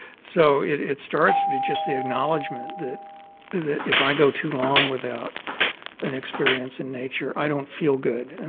so it it starts with just the acknowledgment that that if i go too long without an experience in nature, i don't feel good. and